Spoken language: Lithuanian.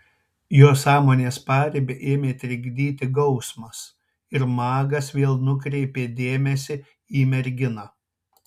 jo sąmonės paribį ėmė trikdyti gausmas ir magas vėl nukreipė dėmesį į merginą